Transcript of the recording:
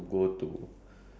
studies ah